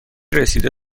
رسیده